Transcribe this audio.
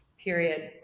period